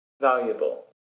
valuable